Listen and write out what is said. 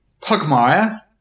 Pugmire